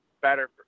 better